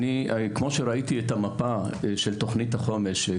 אני כמו שראיתי את המפה של תוכנית החומש,